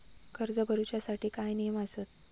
कर्ज भरूच्या साठी काय नियम आसत?